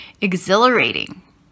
exhilarating